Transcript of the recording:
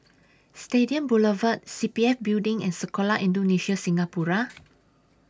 Stadium Boulevard C P F Building and Sekolah Indonesia Singapura